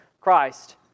Christ